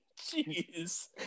Jeez